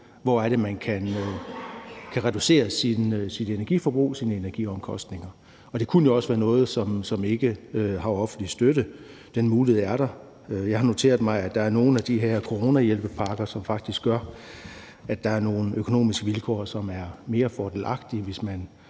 hvor man kan reducere sit energiforbrug og sine energiomkostninger. Det kunne jo også være noget, som ikke har offentlig støtte. Den mulighed er der. Jeg har noteret mig, at der er nogle af de her coronahjælpepakker, som faktisk gør, at der er nogle økonomiske vilkår, som er mere fordelagtige,